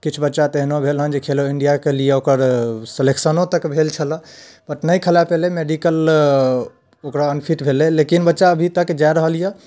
किछु बच्चा तऽ एहनो भेल हँ जे खेलो इंडिआके लिअ ओकर सलेक्शनो तक भेल छलऽ बट नहि खेलाय पयलै मैडिकल ओकरा अनफिट भेलै लेकिन बच्चा अभी तक जाय रहल यऽ